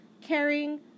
caring